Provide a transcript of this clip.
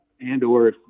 and/or